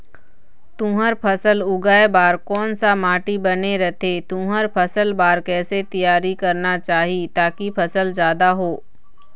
तुंहर फसल उगाए बार कोन सा माटी बने रथे तुंहर फसल बार कैसे तियारी करना चाही ताकि फसल जादा हो?